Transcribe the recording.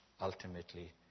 ultimately